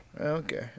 Okay